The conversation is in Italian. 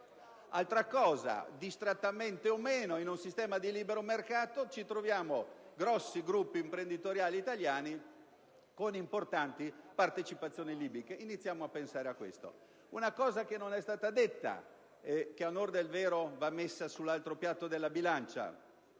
Altro punto: distrattamente o meno, in un sistema di libero mercato ci troviamo grossi gruppi imprenditoriali italiani con importanti partecipazioni libiche. Iniziamo a pensare a questo. Un aspetto che non è stato rilevato e che, ad onor del vero, va messo sull'altro piatto della bilancia